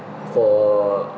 for